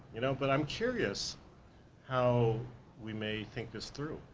you know but i'm curious how we may think this through,